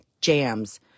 jams